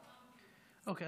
אוקיי.